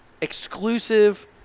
exclusive